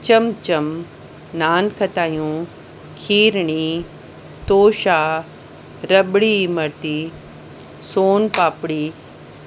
चमचम नानखतायूं खीरणी तोषा रॿड़ी इमरती सोन पापड़ी